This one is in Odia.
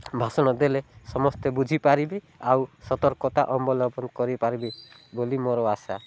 ଭାଷଣ ଦେଲେ ସମସ୍ତେ ବୁଝିପାରିବେ ଆଉ ସତର୍କତା ଅବଲମ୍ବନ କରିପାରିବେ ବୋଲି ମୋର ଆଶା